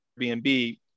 Airbnb